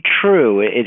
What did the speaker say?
true